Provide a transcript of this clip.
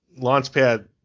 Launchpad